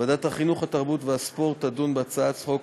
ועדת החינוך, התרבות והספורט תדון בהצעת חוק